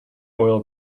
oil